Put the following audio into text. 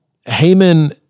Haman